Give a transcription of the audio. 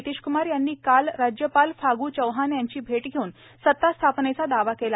नितीशकुमार यांनी काल राज्यपाल फागू चौहान यांची भेट घेऊन सता स्थापनेचा दावा केला